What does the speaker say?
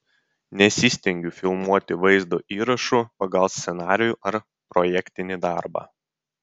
nesistengiu filmuoti vaizdo įrašų pagal scenarijų ar projektinį darbą